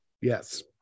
Yes